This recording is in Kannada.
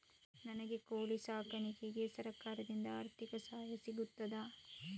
ನನಗೆ ಕೋಳಿ ಸಾಕಾಣಿಕೆಗೆ ಸರಕಾರದಿಂದ ಆರ್ಥಿಕ ಸಹಾಯ ಸಿಗುತ್ತದಾ?